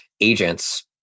agents